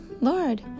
Lord